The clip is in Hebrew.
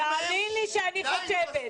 תאמין לי שאני חושבת.